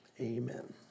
amen